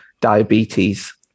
diabetes